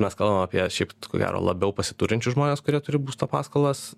mes kalbam apie šiaip ko gero labiau pasiturinčius žmones kurie turi būsto paskolas